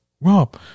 Rob